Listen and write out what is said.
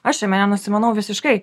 aš jame nenusimanau visiškai